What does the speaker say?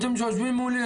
שיושבים מולי,